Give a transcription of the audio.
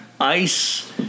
ice